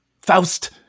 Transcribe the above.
Faust